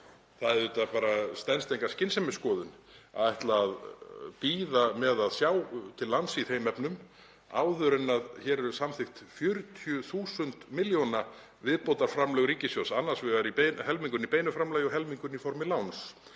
Það bara stenst enga skynsemisskoðun að ætla að bíða með að sjá til lands í þeim efnum áður en hér eru samþykkt 40.000 milljóna viðbótarframlög ríkissjóðs, annars vegar helmingurinn í beinu framlagi og helmingurinn í formi láns